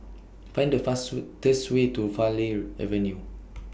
Find The Way to Farleigh Avenue